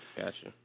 Gotcha